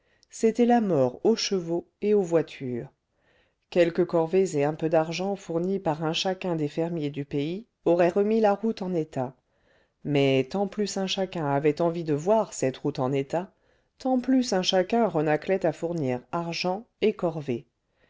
c'était la mort aux chevaux et aux voitures quelques corvées et un peu d'argent fournis par un chacun des fermiers du pays auraient remis la route en état mais tant plus un chacun avait envie de voir cette route en état tant plus un chacun renâclait à fournir argent et corvée